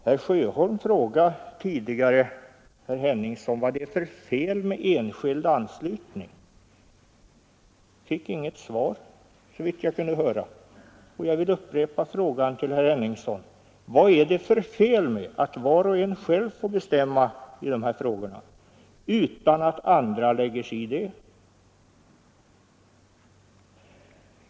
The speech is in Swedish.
Herr Sjöholm frågade tidigare herr Henningsson vad det är för fel med enskild anslutning. Han fick inget svar — såvitt jag kunde höra. Jag vill upprepa frågan till herr Henningsson: Vad är det för fel med att var och en själv får bestämma i de här frågorna utan att andra lägger sig i det?